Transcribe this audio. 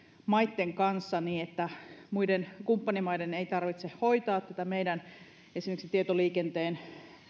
maitten kanssa niin että muiden kumppanimaiden ei tarvitse hoitaa esimerkiksi meidän tietoliikenteen